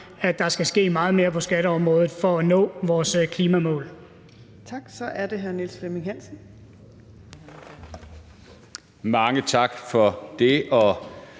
at der skal ske meget mere på skatteområdet for at nå vores klimamål.